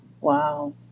Wow